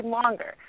longer